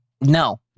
no